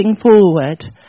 forward